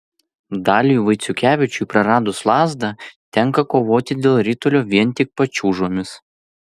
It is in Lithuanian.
daliui vaiciukevičiui praradus lazdą tenka kovoti dėl ritulio vien tik pačiūžomis